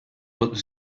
but